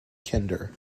kinder